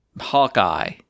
Hawkeye